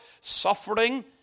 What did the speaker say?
suffering